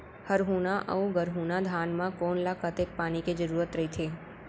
हरहुना अऊ गरहुना धान म कोन ला कतेक पानी के जरूरत रहिथे?